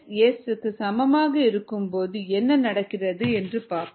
Ks S க்கு சமமாக இருக்கும்போது என்ன நடக்கிறது என்று பார்ப்போம்